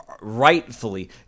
rightfully